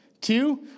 Two